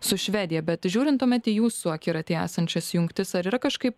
su švedija bet žiūrint tuomet į jūsų akiratyje esančias jungtis ar yra kažkaip